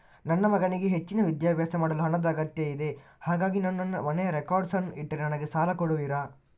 ನನ್ನ ಮಗನಿಗೆ ಹೆಚ್ಚಿನ ವಿದ್ಯಾಭ್ಯಾಸ ಮಾಡಲು ಹಣದ ಅಗತ್ಯ ಇದೆ ಹಾಗಾಗಿ ನಾನು ನನ್ನ ಮನೆಯ ರೆಕಾರ್ಡ್ಸ್ ಅನ್ನು ಇಟ್ರೆ ನನಗೆ ಸಾಲ ಕೊಡುವಿರಾ?